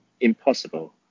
impossible